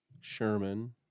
Sherman